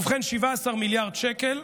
ובכן, 17 מיליארד שקל,